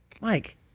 Mike